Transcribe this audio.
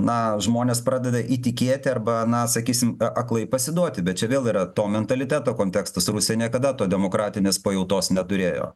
na žmonės pradeda įtikėti arba na sakysim a aklai pasiduoti bet čia vėl yra to mentaliteto kontekstas rusija niekada to demokratinės pajautos neturėjo